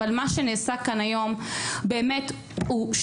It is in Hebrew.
אבל מה שנעשה כאן היום הוא באמת שפל,